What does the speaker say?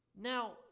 Now